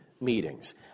meetings